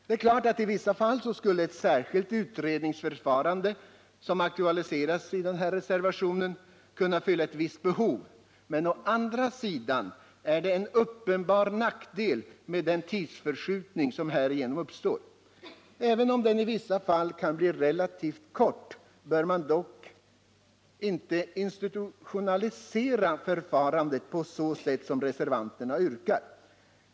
Det är klart att ett särskilt utredningsförfarande, som har aktualiserats i den här reservationen, i vissa fall skulle kunna fylla ett visst behov, men å andra sidan är det en uppenbar nackdel med den tidsförskjutning som härigenom uppstår. Även om den i vissa fall kan bli relativt kort, bör man inte institutionalisera förfarandet på det sätt som reservanterna yrkar på.